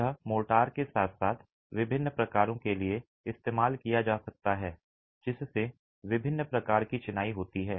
यह मोर्टार के साथ साथ विभिन्न प्रकारों के लिए इस्तेमाल किया जा सकता है जिससे विभिन्न प्रकार की चिनाई होती है